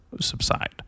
subside